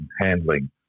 handling